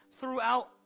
throughout